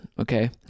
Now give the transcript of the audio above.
Okay